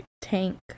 tank